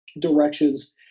directions